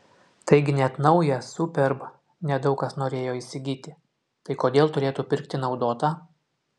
taigi net naują superb ne daug kas norėjo įsigyti tai kodėl turėtų pirkti naudotą